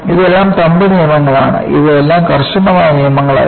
ഇതെല്ലാം തമ്പ് നിയമങ്ങളാണ് ഇവയെല്ലാം കർശനമായ നിയമങ്ങളല്ല